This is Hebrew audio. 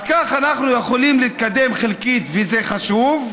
אז כך אנחנו יכולים להתקדם חלקית, וזה חשוב,